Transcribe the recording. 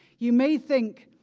you may think,